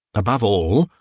above all,